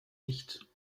nicht